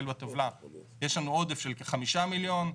עודף של כ-5 מיליון.